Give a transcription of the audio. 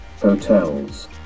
hotels